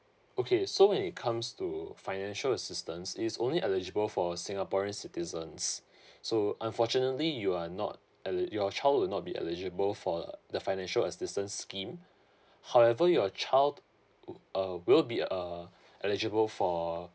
okay so when it comes to financial assistance it's only eligible for singaporeans citizens so unfortunately you are not uh your child will not be eligible for uh the financial assistance scheme however your child wo~ uh will be uh eligible for